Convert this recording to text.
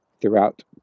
throughout